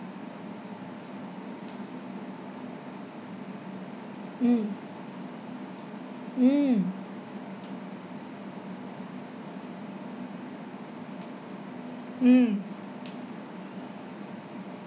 mm mm mm